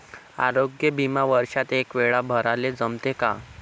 आरोग्य बिमा वर्षात एकवेळा भराले जमते का?